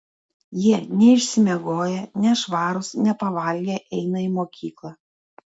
jie neišsimiegoję nešvarūs nepavalgę eina į mokyklą